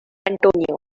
antonio